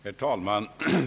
Herr talman!